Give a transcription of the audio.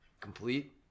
complete